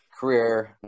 career